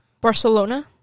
Barcelona